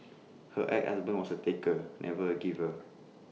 her ex husband was A taker never A giver